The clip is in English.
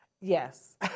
Yes